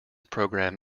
program